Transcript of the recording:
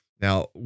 Now